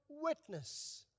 witness